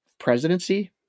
presidency